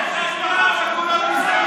בעד נעמה לזימי,